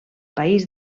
país